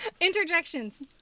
Interjections